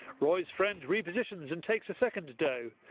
roy's friend repositions and takes a second doe.